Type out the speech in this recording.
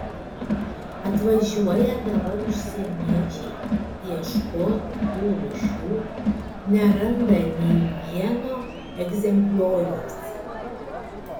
atvažiuoja dabar užsieniečiai ieškot tų rūšių neranda nei vieno egzemplioriaus